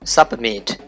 Submit